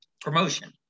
promotion